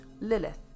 Lilith